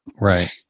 Right